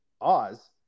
Oz